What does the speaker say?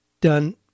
done